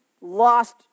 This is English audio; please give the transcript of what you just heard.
lost